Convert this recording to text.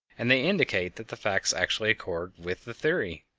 and they indicate that the facts actually accord with the theory.